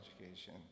education